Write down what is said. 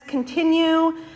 continue